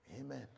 Amen